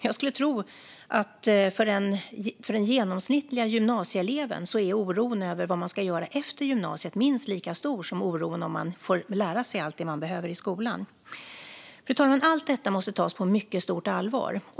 Jag skulle tro att för den genomsnittliga gymnasieeleven är oron över vad man ska göra efter gymnasiet minst lika stor som oron över om man får lära sig allt man behöver i skolan. Fru talman! Allt detta måste tas på mycket stort allvar.